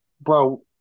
bro